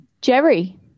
Jerry